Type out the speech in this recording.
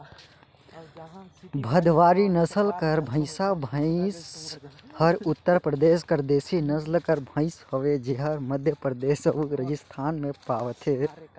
भदवारी नसल कर भंइसा भंइस हर उत्तर परदेस कर देसी नसल कर भंइस हवे जेहर मध्यपरदेस अउ राजिस्थान में पवाथे